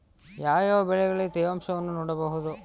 ಯಾವ ಯಾವ ಬೆಳೆಗಳಲ್ಲಿ ತೇವಾಂಶವನ್ನು ನೋಡಬಹುದು?